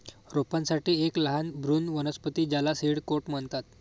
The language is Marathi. रोपांसाठी एक लहान भ्रूण वनस्पती ज्याला सीड कोट म्हणतात